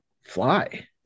fly